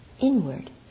inward